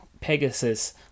Pegasus